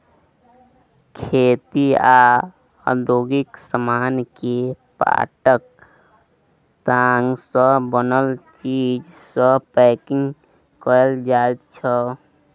खेती आ औद्योगिक समान केँ पाटक ताग सँ बनल चीज सँ पैंकिग कएल जाइत छै